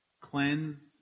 cleansed